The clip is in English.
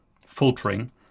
filtering